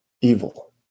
evil